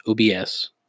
OBS